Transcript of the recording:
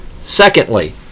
Secondly